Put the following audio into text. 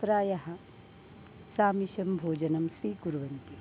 प्रायः सामिषं भोजनं स्वीकुर्वन्ति